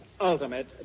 ultimate